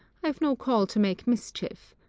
i've no call to make mischief.